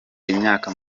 imyaka